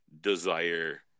desire